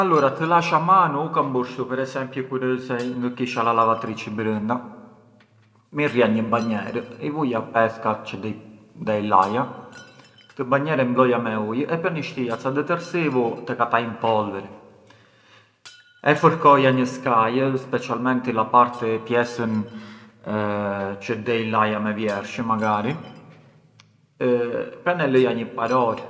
Alura të lash a manu, u kam bur per esempiu shtu, kur ë se ngë kisha a lavatrici brënda, mirrja një banjer, i vuja pethkat çë dej laja, këtë banjer e mbloja me ujë e pran i shtija ca detersivu tek ata in polvere e fërkoja një skaj, specialmenti la parti… pjesën çë dej laja me vjersh magari, pran e lëja një par orë